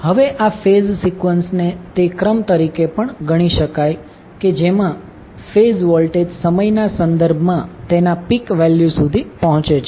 હવે આ ફેઝ સિકવન્સને તે ક્રમ તરીકે પણ ગણી શકાય કે જેમાં ફેઝ વોલ્ટેજ સમયના સંદર્ભમાં તેની પીક વેલ્યુ સુધી પહોંચે છે